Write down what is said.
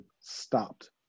stopped